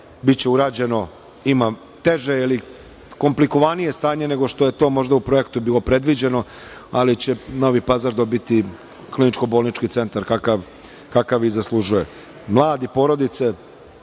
Biće urađeno, ima teže ili komplikovanije stanje nego što je to možda u projektu bilo predviđeno, ali će Novi Pazar dobiti kliničko-bolnički centar kakav i zaslužuje. Mladi, porodice,